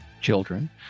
children